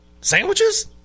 sandwiches